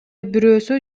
бирөөсү